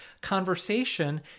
conversation